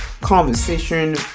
conversation